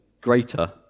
greater